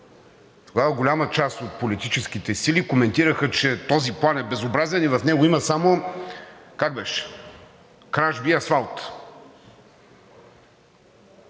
Тогава голяма част от политическите сили коментираха, че този план е безобразен и в него има само, как беше, кражби и асфалт.